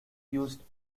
used